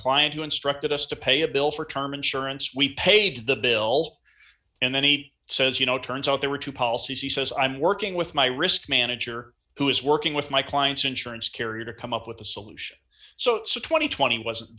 client who instructed us to pay a bill for term insurance we paid the bill and then he says you know it turns out there were two policies he says i'm working with my risk manager who is working with my client's insurance carrier to come up with a solution so two thousand and twenty wasn't